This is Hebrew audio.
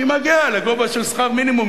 שמגיעה לגובה של שכר מינימום,